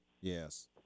yes